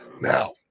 Now